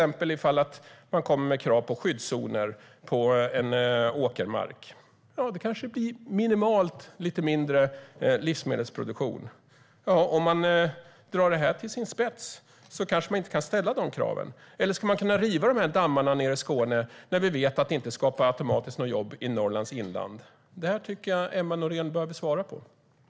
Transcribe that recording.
Man kan komma med krav på skyddszoner på en åkermark, och det kanske blir minimalt lite mindre livsmedelsproduktion. Om man drar det här till sin spets kanske det inte går att ställa dessa krav. Eller ska man kunna riva dammarna nere i Skåne när vi vet att det inte automatiskt skapar jobb i Norrlands inland? Jag tycker att Emma Nohrén bör svara på detta.